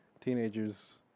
teenager's